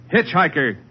Hitchhiker